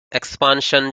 expansion